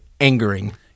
angering